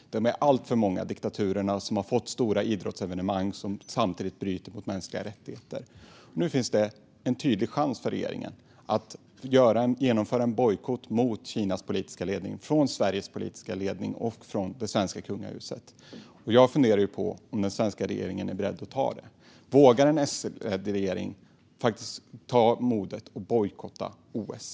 De alltför många, diktaturerna som har fått stora idrottsevenemang och samtidigt bryter mot mänskliga rättigheter. Nu finns det en tydlig chans för regeringen att genomföra en bojkott mot Kinas politiska ledning från Sveriges politiska ledning och från det svenska kungahuset. Jag funderar på om den svenska regeringen är beredd att ta den chansen. Vågar en S-ledd regering bojkotta OS?